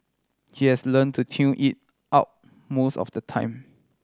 he has learn to tune it out most of the time